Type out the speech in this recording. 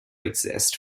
exist